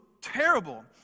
terrible